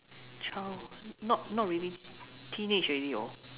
childhood not not really teenage already hor